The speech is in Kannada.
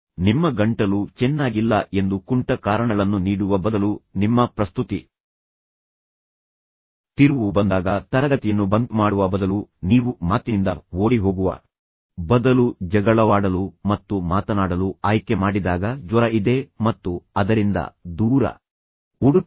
ನಿಮ್ಮ ಗಂಟಲು ಚೆನ್ನಾಗಿಲ್ಲ ಎಂದು ಕುಂಟ ಕಾರಣಗಳನ್ನು ನೀಡುವ ಬದಲು ನಿಮ್ಮ ಪ್ರಸ್ತುತಿ ತಿರುವು ಬಂದಾಗ ತರಗತಿಯನ್ನು ಬಂಕರ್ ಮಾಡುವ ಬದಲು ನೀವು ಮಾತಿನಿಂದ ಓಡಿಹೋಗುವ ಬದಲು ಜಗಳವಾಡಲು ಮತ್ತು ಮಾತನಾಡಲು ಆಯ್ಕೆ ಮಾಡಿದಾಗ ಜ್ವರ ಇದೆ ಮತ್ತು ಅದರಿಂದ ದೂರ ಓಡುತ್ತೀರಿ